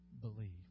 believe